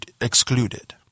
excluded